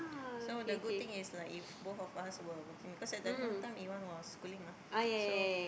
so the good thing is like if both of us were working because at that point time Iwan was schooling mah so